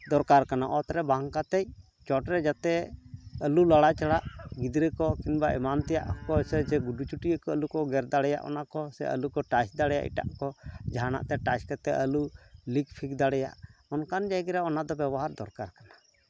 ᱫᱚᱨᱠᱟᱨ ᱠᱟᱱᱟ ᱚᱛᱨᱮ ᱵᱟᱝ ᱠᱟᱛᱮᱜ ᱪᱚᱴᱨᱮ ᱡᱟᱛᱮ ᱟᱹᱞᱩ ᱞᱟᱲᱟ ᱪᱟᱞᱟᱜ ᱜᱤᱫᱽᱨᱟᱹ ᱠᱚ ᱠᱤᱢᱵᱟ ᱮᱢᱟᱱ ᱛᱮᱭᱟᱜ ᱠᱚ ᱥᱮ ᱜᱩᱰᱩ ᱪᱩᱴᱭᱟᱹ ᱠᱚ ᱟᱹᱞᱩ ᱠᱚ ᱜᱮᱨ ᱫᱟᱲᱮᱭᱟᱜ ᱚᱱᱟ ᱠᱚ ᱥᱮ ᱟᱹᱞᱩ ᱠᱚ ᱴᱟ ᱫᱟᱲᱮᱭᱟᱜ ᱮᱴᱟᱜ ᱠᱚ ᱡᱟᱦᱟᱱᱟᱜ ᱛᱮ ᱴᱟᱪ ᱠᱟᱛᱮᱜ ᱟᱹᱞᱩ ᱞᱤᱠ ᱯᱷᱤᱠ ᱫᱟᱲᱮᱭᱟᱜ ᱚᱱᱠᱟᱱ ᱡᱟᱭᱜᱟᱨᱮ ᱚᱱᱟᱫᱚ ᱵᱮᱵᱚᱦᱟᱨ ᱫᱚᱨᱠᱟᱨ ᱠᱟᱱᱟ